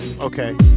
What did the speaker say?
okay